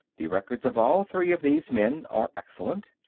the records of all three of these men are excellent.